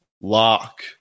Lock